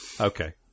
Okay